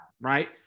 right